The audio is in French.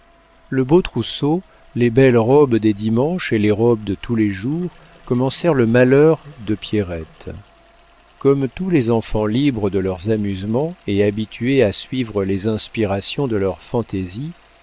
le beau trousseau les belles robes des dimanches et les robes de tous les jours commencèrent le malheur de pierrette comme tous les enfants libres de leurs amusements et habitués à suivre les inspirations de leur fantaisie